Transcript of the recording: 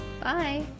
Bye